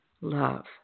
love